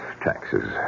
taxes